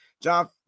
John